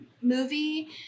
movie